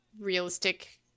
realistic